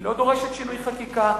היא לא דורשת שינוי חקיקה,